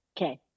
Okay